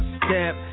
step